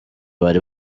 bari